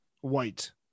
white